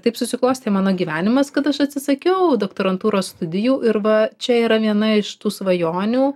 taip susiklostė mano gyvenimas kad aš atsisakiau doktorantūros studijų ir va čia yra viena iš tų svajonių